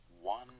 One